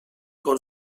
con